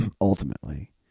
ultimately